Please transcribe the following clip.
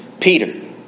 Peter